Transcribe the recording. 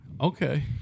Okay